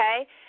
okay